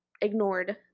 ignored